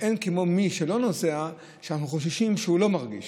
ואין כמו מי שלא נוסע שאנחנו חוששים שהוא לא מרגיש.